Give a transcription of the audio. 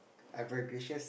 I've ambitious